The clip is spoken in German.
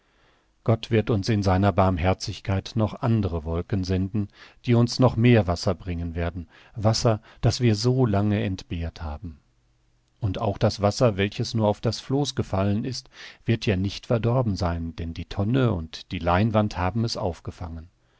gott wird uns in seiner barmherzigkeit noch andere wolken senden die uns noch mehr wasser bringen werden wasser das wir so lange entbehrt haben und auch das wasser welches nur auf das floß gefallen ist wird ja nicht verdorben sein denn die tonne und die leinwand haben es aufgefangen